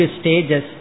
stages